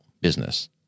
business